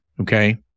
okay